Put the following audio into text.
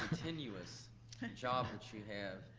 tenuous and job that you have.